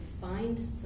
find